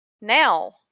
Now